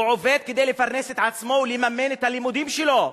הוא עובד כדי לפרנס את עצמו ולממן את הלימודים שלו.